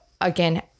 again